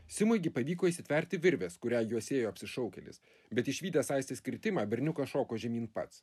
simui gi pavyko įsitverti virvės kurią juosėjo apsišaukėlis bet išvydęs aistės kritimą berniukas šoko žemyn pats